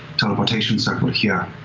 teleportation circle here.